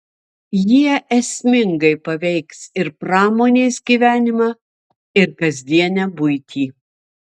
jie esmingai paveiks ir pramonės gyvenimą ir kasdienę buitį